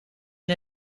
and